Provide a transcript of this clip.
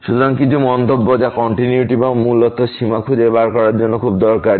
সুতরাং কিছু মন্তব্য যা কন্টিনিউইটি বা মূলত সীমা খুঁজে বের করার জন্য খুব দরকারী